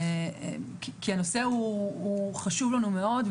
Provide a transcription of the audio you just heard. כי הנושא הוא חשוב לנו מאוד.